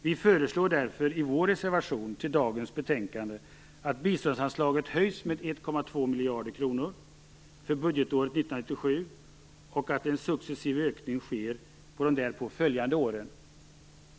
Vi föreslår därför i vår reservation till dagens betänkande att biståndsanslaget höjs med 1,2 miljarder kronor för budgetåret 1997, och att en successiv ökning sker under de därpå följande åren.